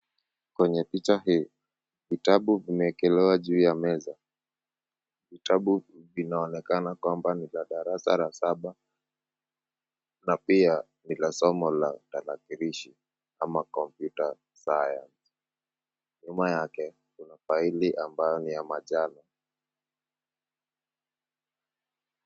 Kwenye picha hii, vitabu vimeekelewa juu ya meza. Vitabu vinaonekana kwamba ni vya darasa la saba na pia ni la somo la utarakilishi ama computer science . Nyuma yake, kuna faili ambayo ni ya manjano.